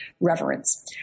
reverence